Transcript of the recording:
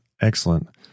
Excellent